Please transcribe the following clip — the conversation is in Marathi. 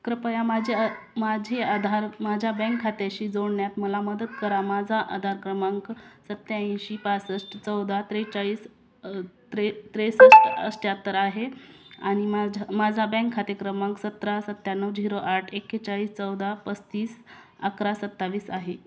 कृपया माझे माझे आधार माझ्या बँक खात्याशी जोडण्यात मला मदत करा माझा आधार क्रमांक सत्याऐंशी पासष्ट चौदा त्रेचाळीस त्रे त्रेसष्ट अष्ट्यात्तर आहे आणि माझं माझा बँक खाते क्रमांक सतरा सत्याण्णव झिरो आठ एकेचाळीस चौदा पस्तीस अकरा सत्तावीस आहे